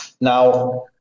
Now